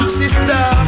sister